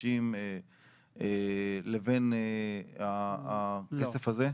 לחלשים לבין הכסף הזה?